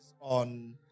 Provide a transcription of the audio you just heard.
on